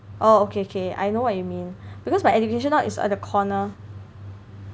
oh okay okay I know what you mean because my education now is at the corner